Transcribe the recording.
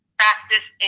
practice